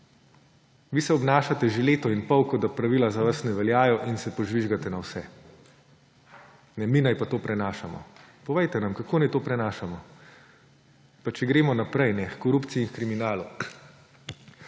Vi se obnašate že leto in pol, kot da pravila za vas ne veljajo in se požvižgate na vse. Mi naj pa to prenašamo. Povejte nam, kako naj to prenašamo? Pa če gremo naprej h korupciji in h kriminalu.